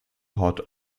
haut